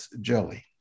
jelly